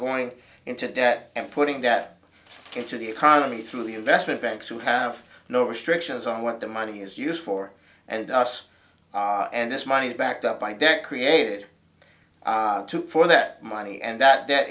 going into debt and putting that into the economy through the investment banks who have no restrictions on what the money is used for and us and this money backed up by debt created for that money and that